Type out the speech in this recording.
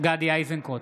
גדי איזנקוט,